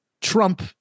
Trump